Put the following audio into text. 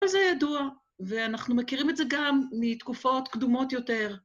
אז זה ידוע, ואנחנו מכירים את זה גם מתקופות קדומות יותר.